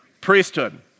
Priesthood